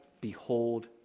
behold